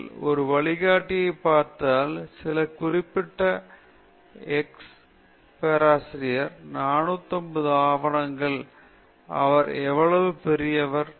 நீங்கள் ஒரு வழிகாட்டியைப் பார்த்தால் சில குறிப்பிட்ட எக்ஸ் பேராசிரியர் 450 ஆவணங்கள் அவர் எவ்வளவு பெரியவர்